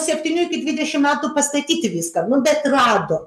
septynių iki dvidešim metų pastatyti viską nu bet rado